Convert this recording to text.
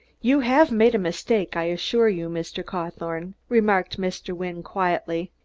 you have made a mistake, i assure you, mr. cawthorne, remarked mr. wynne quietly.